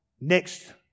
next